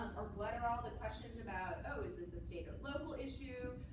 or what are all the questions about, oh, is this the state or local issue?